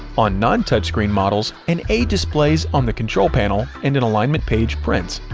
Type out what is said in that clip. on non-touchscreen model, an a displays on the control panel and an alignment page prints.